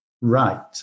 right